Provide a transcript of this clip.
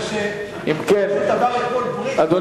מי שלא הבין, אמרתי את זה בהומור.